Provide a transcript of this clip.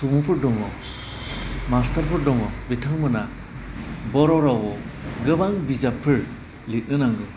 सुबुंफोर दङ मास्टारफोर दङ बिथांमोना बर' रावाव गोबां बिजाबफोर लिरनो नांगौ